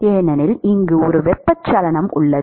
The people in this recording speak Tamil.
ஏனெனில் இங்கு ஒரு வெப்பச்சலனம் உள்ளது